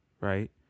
right